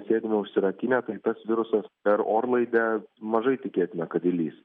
sėdime užsirakinę tai tas virusas per orlaidę mažai tikėtina kad įlįs